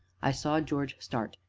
i saw george start,